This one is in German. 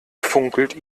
funkelt